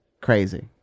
Crazy